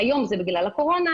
היום זה בגלל הקורונה,